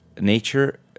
Nature